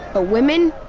ah women,